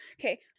Okay